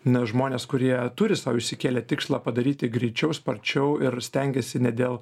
na žmonės kurie turi sau išsikėlę tikslą padaryti greičiau sparčiau ir stengiasi ne dėl